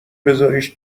بزاریش